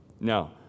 Now